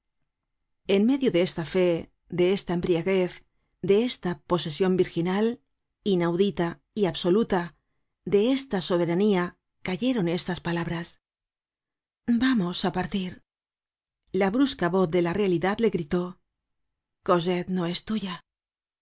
en medio de esta fé de esta embriaguez de esta posesion virgi nal inaudita y absoluta de esta soberanía cayeron estas palabras vamos á partir la brusca voz de la realidad le gritó cosette no es tuya